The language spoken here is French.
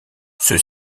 ceux